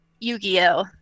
Yu-Gi-Oh